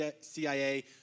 CIA